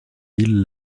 mille